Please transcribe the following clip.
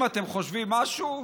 אם אתם חושבים משהו,